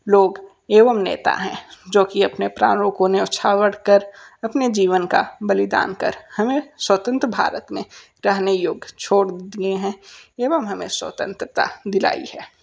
लोग एवं नेता हैं जो की अपने प्राणों को न्योछावर कर अपने जीवन का बलिदान कर हमें स्वतंत्र भारत में रहने योग्य छोड़ दिए है एवं हमे स्वतंत्रता दिलाई है